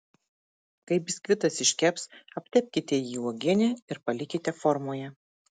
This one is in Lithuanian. kai biskvitas iškeps aptepkite jį uogiene ir palikite formoje